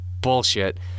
bullshit